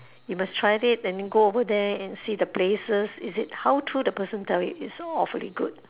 you must try it and then go over there and see the places is it how true the person tell you it's awfully good